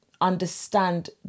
understand